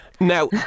Now